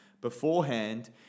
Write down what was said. beforehand